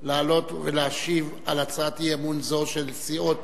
לעלות ולהשיב על הצעת אי-אמון זו, של סיעות